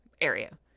area